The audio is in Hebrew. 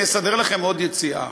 נסדר לכם עוד יציאה.